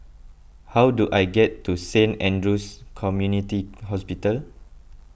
how do I get to Saint andrew's Community Hospital